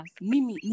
Mimi